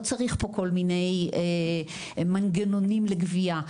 לא צריך פה כל מיני מנגנונים לגבייה.